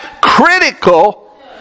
critical